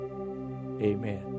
Amen